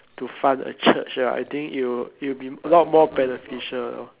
to fund a church ah I think it will it will be a lot more beneficial